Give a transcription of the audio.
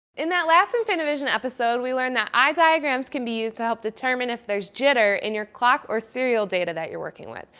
in that last infiniivision episode we learned that eye diagrams can be used to help determine if there's jitter in your clock or serial data that you're working with.